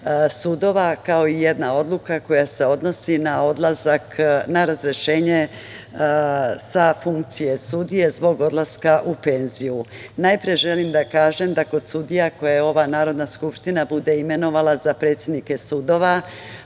sudova, kao i jedna odluka koja se odnosi na razrešenje sa funkcije sudije zbog odlaska u penziju. Najpre želim da kažem da kod sudija koje ova Narodna skupština bude imenovala za predsednike sudova,